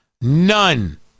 none